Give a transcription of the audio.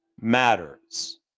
matters